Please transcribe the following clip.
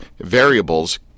variables